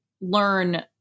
learn